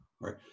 Right